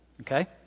Okay